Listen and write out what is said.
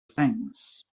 things